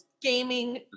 gaming